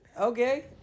Okay